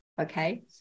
okay